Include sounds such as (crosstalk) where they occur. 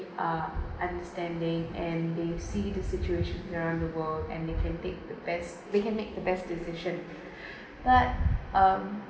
uh understanding and they see the situation around the world and they can take the best they can make the best decision (breath) but um